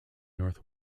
north